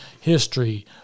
history